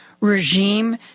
regime